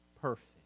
perfect